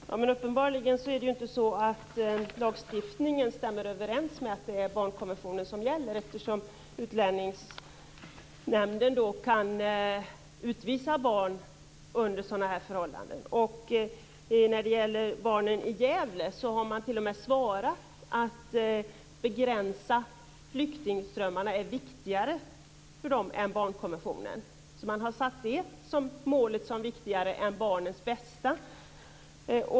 Fru talman! Uppenbarligen stämmer inte lagstiftningen överens med barnkonventionen, eftersom Utlänningsnämnden kan utvisa barn till sådana förhållanden. För barnen i Gävle har man givit svaret att det är viktigare att begränsa flyktingsströmmarna än att följa barnkonventionen. Det målet anses viktigare än barnets bästa.